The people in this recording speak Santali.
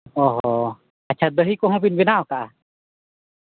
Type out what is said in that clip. ᱚᱻ ᱟᱪᱪᱷᱟ ᱫᱟᱹᱜᱷᱤ ᱠᱚ ᱦᱚᱸ ᱵᱤᱱ ᱵᱮᱱᱟᱣ ᱟᱠᱟᱜᱼᱟ